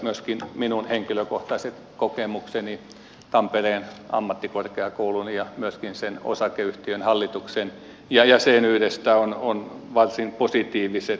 myöskin minun henkilökohtaiset kokemukseni tampereen ammattikorkeakoulun ja myöskin sen osakeyhtiön hallituksen jäsenyydestä ovat varsin positiiviset